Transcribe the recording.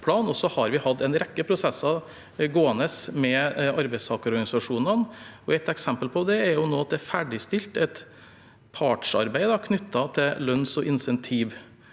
så har vi hatt en rekke prosesser gående med arbeidstakerorganisasjonene. Ett eksempel på det er at det nå er ferdigstilt et partssamarbeid knyttet til lønns- og